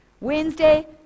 wednesday